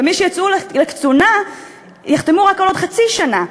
ומי שיצאו לקצונה יחתמו רק על עוד חצי שנה,